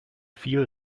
viel